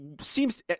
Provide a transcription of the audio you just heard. seems